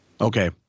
Okay